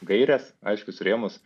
gaires aiškius rėmus